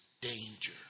danger